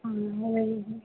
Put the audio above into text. हाँ हाँ वही है